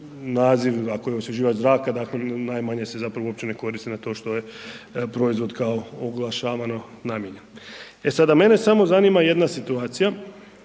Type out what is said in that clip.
naziv, ako je osvježivač zraka, dakle, najmanje se zapravo uopće ne koristi na to što je proizvod kao oglašavano namijenjen. E, sada, mene samo zanima jedna situacija,